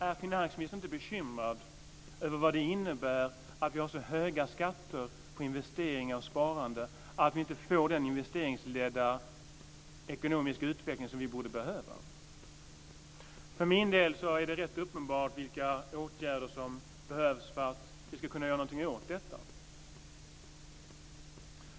Är finansministern inte bekymrad över att vi har så höga skatter på investeringar och sparande att vi inte får den investeringsledda ekonomiska utveckling som vi behöver? För min del är det rätt uppenbart vilka åtgärder som behövs för att vi ska kunna göra någonting åt detta.